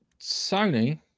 Sony